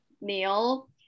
Neil